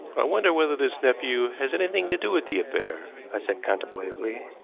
i wonder whether this nephew has anything to do with the affair? i said contemplatively.